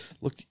Look